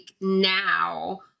now